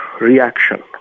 reaction